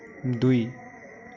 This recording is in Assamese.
দুই